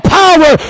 power